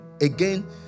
again